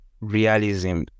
realism